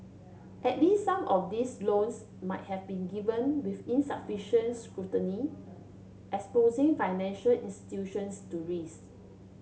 at least some of these loans might have been given with insufficient scrutiny exposing financial institutions to risk